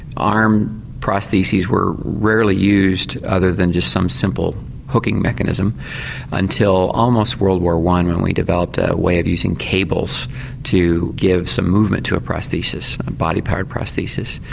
arm prostheses were rarely used other than just some simple hooking mechanism until almost world war one, when we developed a a way of using cables to give some movement to a prosthesis, a body-part prosthesis.